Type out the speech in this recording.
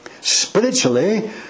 spiritually